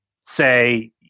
say